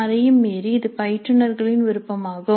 அதையும் மீறி இது பயிற்றுனர்களின் விருப்பமாகும்